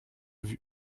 vue